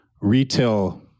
retail